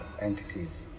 entities